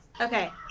Okay